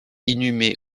inhumé